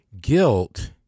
guilt